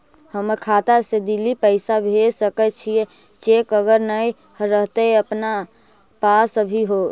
हमर खाता से दिल्ली पैसा भेज सकै छियै चेक अगर नय रहतै अपना पास अभियोग?